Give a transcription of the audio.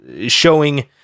showing